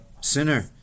sinner